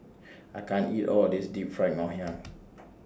I can't eat All of This Deep Fried Ngoh Hiang